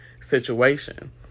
situation